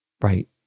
Right